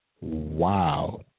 Wow